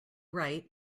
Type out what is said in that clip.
right